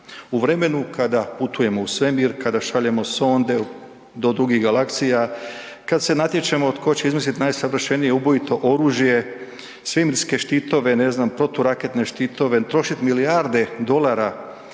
u vremenu kada putujemo u svemir, kada šaljemo sonde do dugih galaksija, kad se natječemo tko će izmislit najsavršenije ubojito oružje, svemirske štitove, ne znam, proturaketne štitove, trošit milijarde dolara